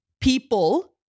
people